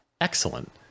excellent